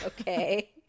okay